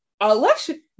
Election